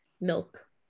milk